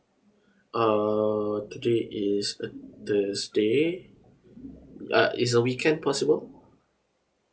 uh today is a thursday uh is a weekend possible